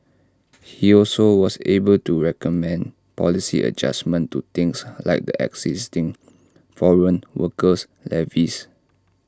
he also was able to recommend policy adjustments to things like the existing foreign worker levies